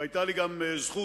והיתה לי גם זכות